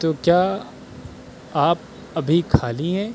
تو کیا آپ ابھی خالی ہیں